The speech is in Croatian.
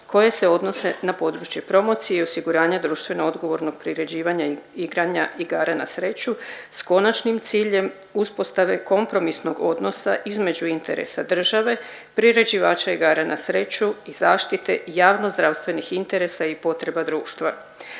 koje se odnose na područje promocije i osiguranja društveno odgovornog priređivanja igara na sreću s konačnim ciljem uspostave kompromisnog odnosa između interesa države, priređivača igara na sreću i zaštite javnozdravstvenih interesa i potreba društva.